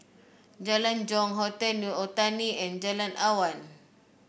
Jalan Jong Hotel New Otani and Jalan Awan